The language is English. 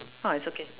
ah it's okay